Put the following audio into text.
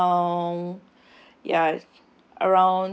around ya